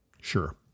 sure